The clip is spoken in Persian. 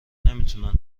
نمیتونن